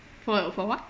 for and for what